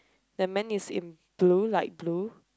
the man is in blue like blue